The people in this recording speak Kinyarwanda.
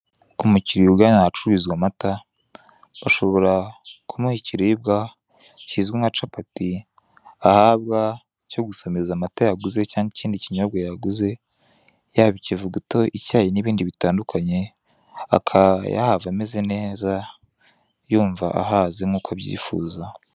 Umukiliya ugana ahacururizwa amata ushobora kumuha ikiribwa kizwi nka capati ahabwa cyo gusomeza amata yaguze cyangwa ikindi kinyobwa yaguze, yaba ikivuguto, icyayi n'ibindi bitandukanye, akaba yahava ameze neza yumva ahaze nk'uko abyifuza.